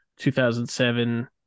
2007